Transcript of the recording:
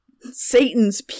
Satan's